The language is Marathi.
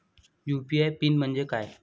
यू.पी.आय पिन म्हणजे काय?